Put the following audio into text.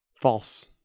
false